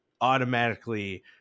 automatically